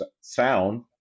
sound